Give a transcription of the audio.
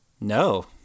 No